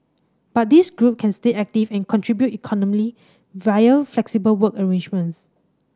but this group can stay active and contribute economically via flexible work arrangements